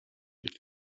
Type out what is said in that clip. mit